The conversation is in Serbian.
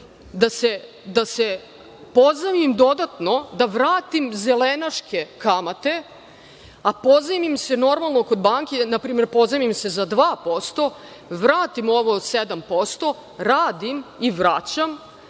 da se pozajmim dodatno da vratim zelenaške kamate, a pozajmim se, normalno, kod banke i npr. pozajmim se za 2%, vratim ovo od 7%, radim i vraćam.